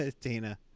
Dana